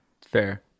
Fair